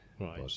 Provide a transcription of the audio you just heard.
right